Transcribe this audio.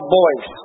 boys